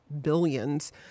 billions